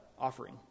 offering